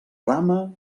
rama